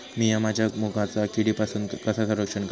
मीया माझ्या मुगाचा किडीपासून कसा रक्षण करू?